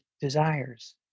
desires